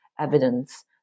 evidence